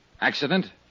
Accident